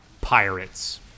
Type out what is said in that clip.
pirates